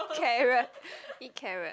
carrot eat carrot